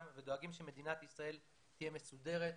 ודואגים שמדינת ישראל תהיה מסודרת,